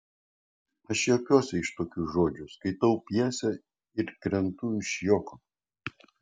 aš juokiuosi iš tokių žodžių skaitau pjesę ir krentu iš juoko